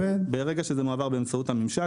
ברגע שזה מועבר באמצעות הממשק,